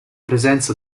presenza